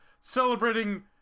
celebrating